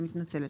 אני מתנצלת.